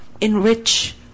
enrich